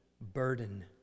burden